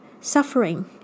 suffering